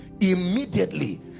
immediately